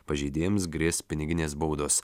pažeidėjams grės piniginės baudos